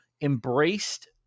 embraced